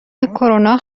کرونا